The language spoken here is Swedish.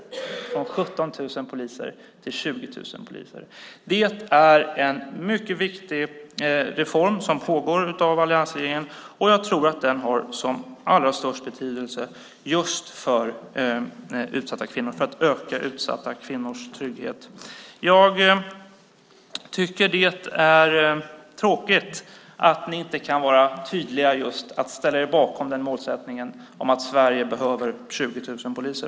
Det sker en ökning från 17 000 poliser till 20 000 poliser. Det är en mycket viktig reform som alliansregeringen genomför. Jag tror att den har som allra störst betydelse just för att öka utsatta kvinnors trygghet. Jag tycker att det är tråkigt att ni inte kan vara tydliga och ställa er bakom målsättningen att Sverige behöver 20 000 poliser.